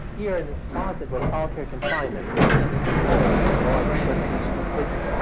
here in this closet was solitary confinement, the infamous hole where the guards put prisoners